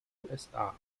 usa